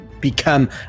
become